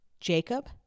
jacob